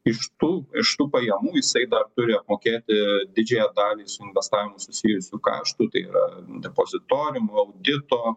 iš tų iš tų pajamų jisai dar turi apmokėti didžiąją dalį su investavimu susijusių kaštų tai yra depozitoriumo audito